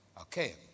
Okay